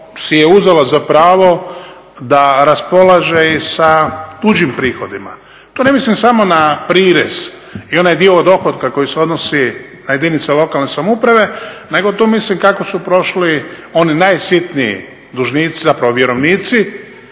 što si je uzela za pravo da raspolaže i sa tuđim prihodima. Tu ne mislim samo na prirez i onaj dio od dohotka koji se odnosi na jedinice lokalne samouprave, nego tu mislim kako su prošli oni najsitniji dužnici, zapravo vjerovnici